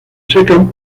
secan